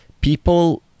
people